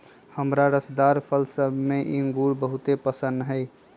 हमरा रसदार फल सभ में इंगूर बहुरे पशिन्न हइ